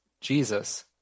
Jesus